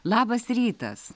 labas rytas